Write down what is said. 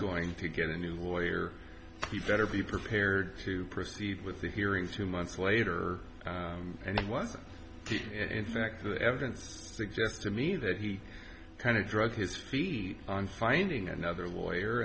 going to get a new lawyer he better be prepared to proceed with the hearing two months later and it was in fact the evidence suggests to me that he kind of dragged his feet on finding another lawyer